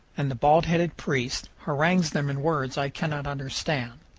and the bald-headed priest harangues them in words i cannot understand.